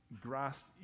grasp